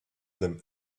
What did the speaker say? them